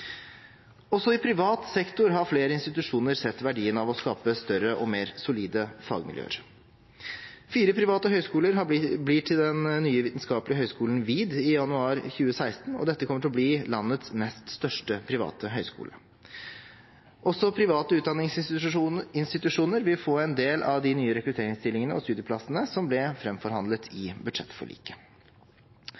Også i privat sektor har flere institusjoner sett verdien av å skape større og mer solide fagmiljøer. Fire private høyskoler blir til den nye vitenskapelige høyskolen VID i januar 2016, og dette kommer til å bli landets nest største private høyskole. Også private utdanningsinstitusjoner vil få en del av de nye rekrutteringsstillingene og studieplassene som ble framforhandlet i budsjettforliket.